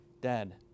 dead